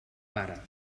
pare